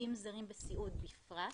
ומעובדים זרים בסיעוד בפרט.